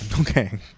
Okay